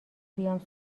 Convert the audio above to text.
بیام